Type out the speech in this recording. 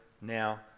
now